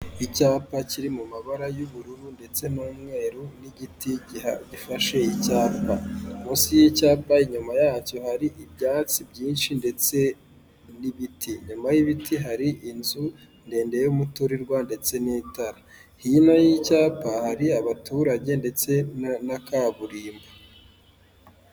Icyapa kiri mu mabara y'ubururu ndetse n'umweru n'igiti gifashe icyapa, munsi y'icyapa inyuma yacyo hari ibyatsi byinshi ndetse n'ibiti, inyuma y'ibiti hari inzu ndende y'umuturirwa ndetse n'itara hino y'icyapa hari abaturage ndetse na kaburimbo.